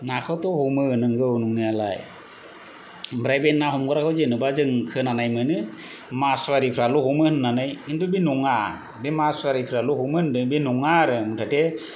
नाखौथ' हमो नंगौ नंनायालाय आमफ्राय बे ना हमग्राखौ जेनबा जों खोनानाय मोनो मासवारिफोराल' हमो होननानै किन्थु बे नङा बे मासवारिफोराल' हमो होनदों बे नङा आरो मुथ'ते